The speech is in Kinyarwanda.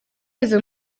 izo